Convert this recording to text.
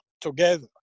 together